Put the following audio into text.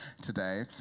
today